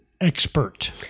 expert